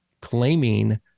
claiming